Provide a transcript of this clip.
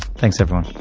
thanks, everyone